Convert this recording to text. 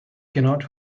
cannot